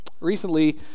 Recently